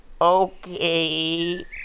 Okay